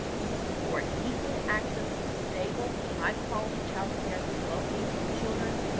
to support equal access to stable, high quality child care for low-income children,